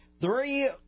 three